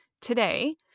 today